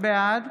בעד